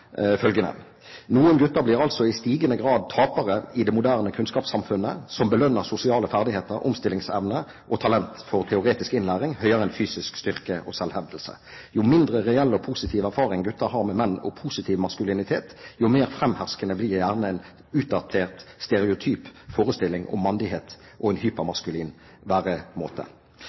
følgende: «Noen gutter blir altså i stigende grad tapere i det moderne kunnskapssamfunnet som belønner sosiale ferdigheter, omstillingsevne og talent for teoretisk innlæring høyere enn fysisk styrke og selvhevdelse. Jo mindre reell og positiv erfaring gutter har med menn og positiv maskulinitet, jo mer fremherskende blir gjerne en utdatert stereotyp forestilling om mandighet og en